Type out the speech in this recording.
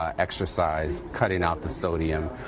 um exercise, cutting out the sodium.